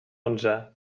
onze